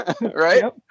Right